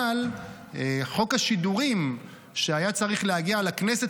אבל חוק השידורים שהיה צריך להגיע לכנסת